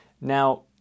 Now